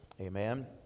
amen